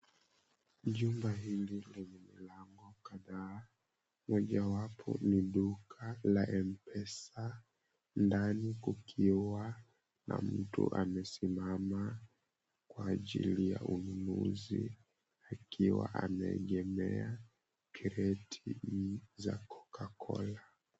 Jumba hili lenye mlango kadhaa mojawapo duka la MPESA na mtu amesimama kwa ajili ya ununuzi akiwa ameegemea kreti hii za Coca Cola.